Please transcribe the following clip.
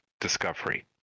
discovery